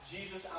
Jesus